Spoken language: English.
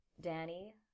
Danny